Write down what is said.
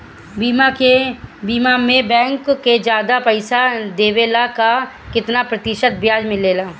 बीमा में बैंक से ज्यादा पइसा देवेला का कितना प्रतिशत ब्याज मिलेला?